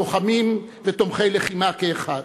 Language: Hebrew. לוחמים ותומכי לחימה כאחד.